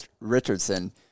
Richardson